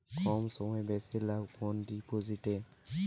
কম সময়ে বেশি লাভ কোন ডিপোজিটে?